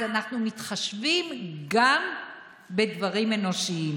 אז אנחנו מתחשבים גם בדברים אנושיים.